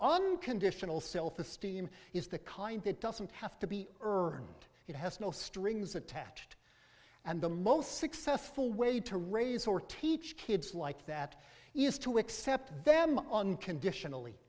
on conditional self esteem is the kind that doesn't have to be earned it has no strings attached and the most successful way to raise or teach kids like that is to accept them unconditionally